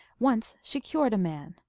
once she cured a man.